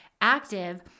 active